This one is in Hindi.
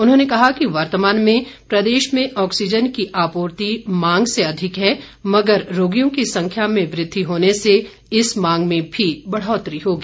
उन्होंने कहा कि वर्तमान में प्रदेश में ऑक्सीज़न की आपूर्ति मांग से अधिक है मगर रोगियों की संख्या में वृद्धि होने से इस मांग में भी बढ़ौतरी होगी